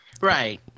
Right